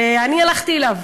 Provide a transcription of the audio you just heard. ואני הלכתי אליו,